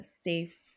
safe